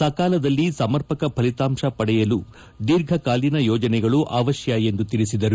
ಸಕಾಲದಲ್ಲಿ ಸಮರ್ಪಕ ಫಲಿತಾಂಶ ಪಡೆಯಲು ದೀರ್ಘಕಾಲೀನ ಯೋಜನೆಗಳು ಅವಶ್ಯ ಎಂದು ತಿಳಿಸಿದರು